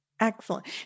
Excellent